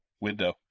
Window